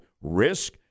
risk